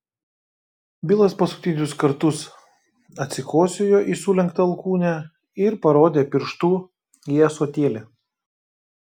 bilas paskutinius kartus atsikosėjo į sulenktą alkūnę ir parodė pirštu į ąsotėlį